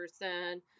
person